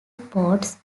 ports